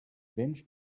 bench